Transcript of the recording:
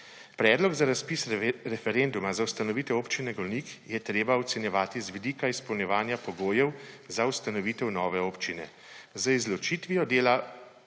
Predlog za razpis referenduma za ustanovitev Občine Golnik je treba ocenjevati z vidika izpolnjevanja pogojev za ustanovitev nove občine